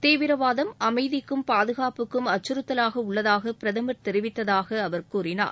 தீவிரவாதம் அமைதிக்கும் பாதுகாப்புக்கும் அக்கறத்தலாக உள்ளதாக பிரதமர் தெரிவித்ததாக அவர் கூறினார்